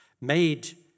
made